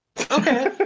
Okay